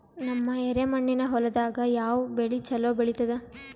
ನಮ್ಮ ಎರೆಮಣ್ಣಿನ ಹೊಲದಾಗ ಯಾವ ಬೆಳಿ ಚಲೋ ಬೆಳಿತದ?